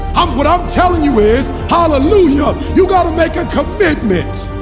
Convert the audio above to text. um what i'm telling you is. hallelujah. you gotta make a commitment!